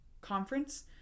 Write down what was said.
conference